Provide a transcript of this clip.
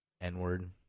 N-word